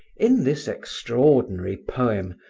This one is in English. in this extraordinary poem,